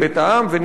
וניר נאדר,